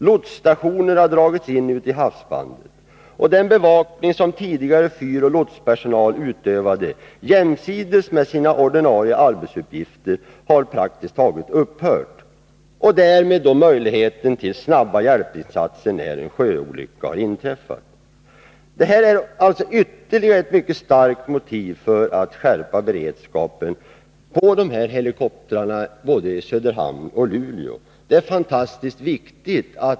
Lotsstationer har dragits in ute i havsbandet. Den bevakning som tidigare fyroch lotspersonal utövade jämsides med sina ordinarie arbetsuppgifter har praktiskt taget upphört — och därmed möjligheten till snabba hjälpinsatser när en sjöolycka har inträffat. Detta är alltså ytterligare ett mycket starkt motiv för att skärpa beredskapen på helikoptrarna i både Söderhamn och Luleå.